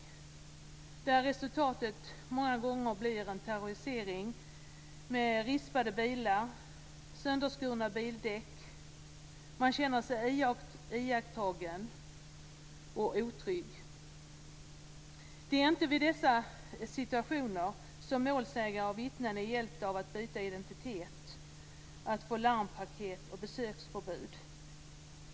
Resultatet blir många gånger en terrorisering i form av t.ex. rispade bilar, sönderskurna bildäck och att man känner sig iakttagen och otrygg. Det är inte i dessa situationer som målsägare och vittnen är hjälpta av att byta identitet och att få larmpaket och besöksförbud.